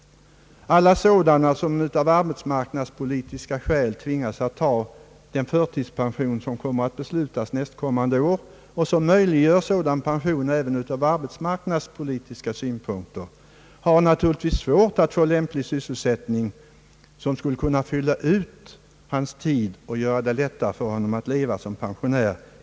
Envar som av arbetsmarknadspolitiska skäl tvingas ta den förtidspension som kommer att beslutas nästa år har naturligtvis svårt att få en lämplig sysselsättning som kan fylla ut hans tid och göra det lättare att leva som pensionär.